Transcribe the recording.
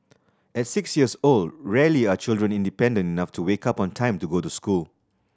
at six years old rarely are children independent enough to wake up on time to go to school